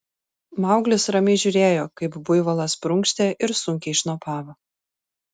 mauglis ramiai žiūrėjo kaip buivolas prunkštė ir sunkiai šnopavo